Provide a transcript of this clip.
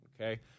Okay